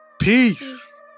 peace